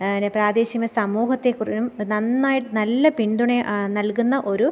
പിന്നെ പ്രാദേശികമായ സമൂഹത്തെ കുറിച്ചും നന്നായിട്ട് നല്ല പിന്തുണ നൽകുന്ന ഒരു